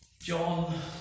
John